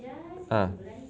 ah